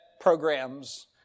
programs